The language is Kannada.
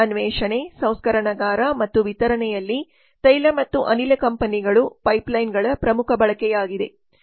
ಅನ್ವೇಷಣೆ ಸಂಸ್ಕರಣಾಗಾರ ಮತ್ತು ವಿತರಣೆಯಲ್ಲಿ ತೈಲ ಮತ್ತು ಅನಿಲ ಕಂಪನಿಗಳು ಪೈಪ್ಲೈನ್ಗಳ ಪ್ರಮುಖ ಬಳಕೆಯಾಗಿದೆ